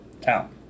town